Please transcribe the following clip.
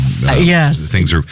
Yes